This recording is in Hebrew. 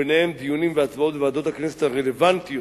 וביניהן דיונים והצבעות בוועדות הכנסת הרלוונטיות